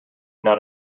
not